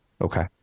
Okay